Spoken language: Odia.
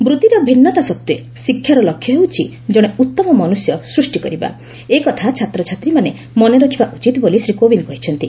ବୃତ୍ତିର ଭିନ୍ନତା ସତ୍ୱେ ଶିକ୍ଷାର ଲକ୍ଷ୍ୟ ହେଉଛି କଣେ ଉତ୍ତମ ମନୁଷ୍ୟ ସୃଷ୍ଟି କରିବା ଏକଥା ଛାତ୍ରଛାତ୍ରୀମାନେ ମନେ ରଖିବା ଉଚିତ ବୋଲି ଶ୍ରୀ କୋବିନ୍ଦ କହିଛନ୍ତି